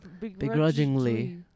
begrudgingly